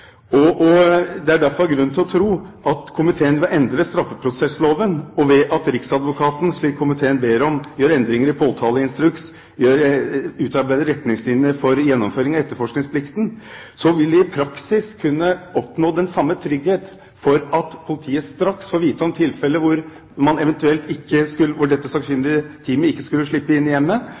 Det er derfor grunn til å tro at ved å endre straffeprosessloven, og ved at riksadvokaten – slik komiteen ber om – gjør endringer i påtaleinstruks, utarbeider retningslinjer for gjennomføring av etterforskningsplikten, vil vi i praksis kunne oppnå den samme trygghet for at politiet straks får vite om tilfeller hvor det sakkyndige teamet ikke